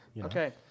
Okay